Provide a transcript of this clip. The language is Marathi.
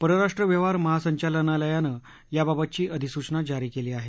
परराष्ट्र व्यापार महासंचालनालयानं याबाबतची अधिसूचना जारी केली आहे